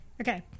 Okay